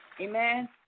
Amen